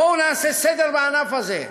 בואו נעשה סדר בענף הזה,